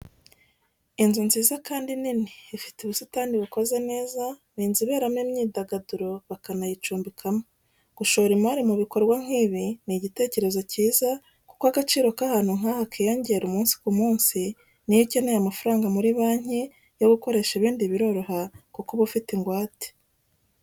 Inzu nziza kandi nini, ifite ubusitani bukoze neza, ni inzu iberamo imyidagaduro bakana yicumbika mo. Gushora imari mu bikorwa nk'ibi ni igitekerezo kiza kuko agaciro k'ahantu nk'aha kiyongera umunsi ku munsi, niyo ukeneye amafaranga muri banki yo gukoresha ibindi biroroha kuko uba ufite ingwate.